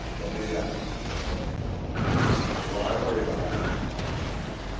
but maybe that becomes more of education. but what i worry about is when people think,